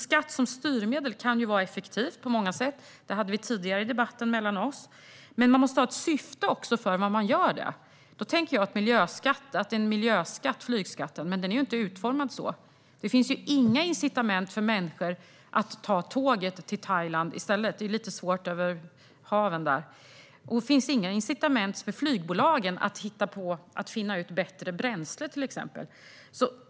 Skatt som styrmedel kan vara effektivt på många sätt, som vi talade om tidigare i debatten. Men de måste ha ett syfte. Då tänker jag att en miljöskatt, flygskatten, inte är utformad så. Det finns ju inga incitament för människor att ta tåget till Thailand - det är lite svårt över haven. Och det finns inga incitament för flygbolagen att finna bättre bränsle, till exempel.